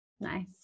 nice